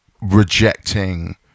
rejecting